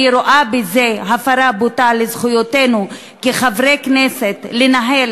אני רואה בזה הפרה בוטה של זכויותינו כחברי הכנסת לנהל